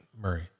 Murray